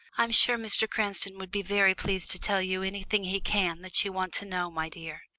i'm sure mr. cranston would be very pleased to tell you anything he can that you want to know, my dear.